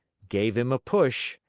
gave him a push,